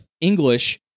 English